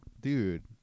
dude